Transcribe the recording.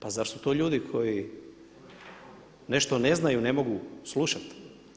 Pa zar su to ljudi koji nešto ne znaju, ne mogu slušati?